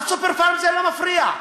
ל"סופר פארם" זה לא מפריע,